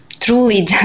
Truly